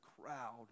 crowd